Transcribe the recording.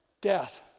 death